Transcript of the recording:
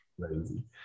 crazy